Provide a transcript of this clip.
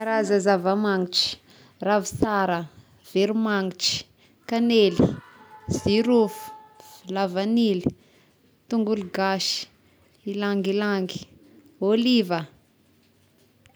Karaza zavamagnitry: ravi-sara, veromangitry, kanely, jirofo, lavanily, tongolo gasy, ilangilangy, ôliva.